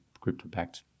crypto-backed